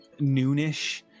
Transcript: noonish